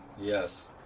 Yes